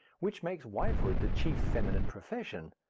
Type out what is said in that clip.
which makes wifehood the chief feminine profession,